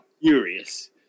furious